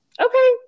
okay